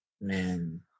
Man